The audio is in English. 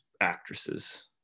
actresses